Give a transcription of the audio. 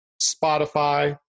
Spotify